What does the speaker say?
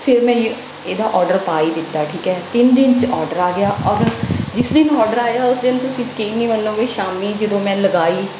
ਫਿਰ ਮੈਂ ਇਹਦਾ ਔਡਰ ਪਾ ਹੀ ਦਿੱਤਾ ਠੀਕ ਹੈ ਤਿੰਨ ਦਿਨ 'ਚ ਔਡਰ ਆ ਗਿਆ ਔਰ ਜਿਸ ਦਿਨ ਔਡਰ ਆਇਆ ਉਸ ਦਿਨ ਤੁਸੀਂ ਯਕੀਨ ਨਹੀਂ ਮੰਨੋਗੇ ਸ਼ਾਮੀ ਜਦੋਂ ਮੈਂ ਲਗਾਈ